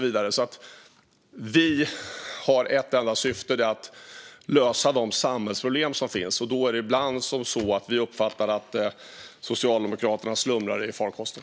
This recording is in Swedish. Vårt enda syfte är att lösa de samhällsproblem som finns, och då uppfattar vi ibland att Socialdemokraterna slumrar i farkosten.